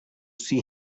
see